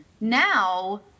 now